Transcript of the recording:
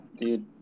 dude